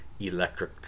electric